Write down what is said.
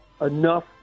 enough